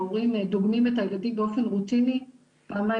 ההורים דוגמים את הילדים באופן רוטיני פעמיים